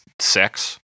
sex